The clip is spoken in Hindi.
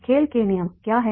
खेल के नियम क्या हैं